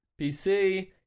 PC